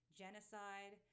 genocide